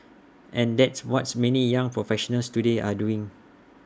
and that's what's many young professionals today are doing